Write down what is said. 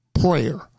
prayer